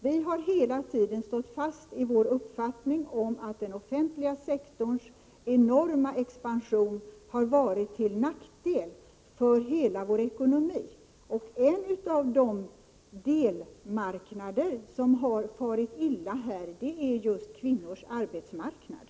Vi har hela tiden stått fast i vår uppfattning att den offentliga sektorns enorma expansion har varit till nackdel för hela vår ekonomi. En av de delmarknader som har farit illa är - Nr 151 just kvinnors arbetsmarknad.